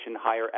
higher